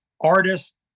artist